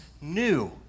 new